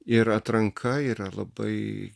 ir atranka yra labai